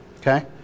Okay